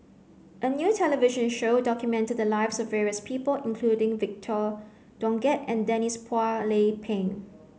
a new television show documented the lives of various people including Victor Doggett and Denise Phua Lay Peng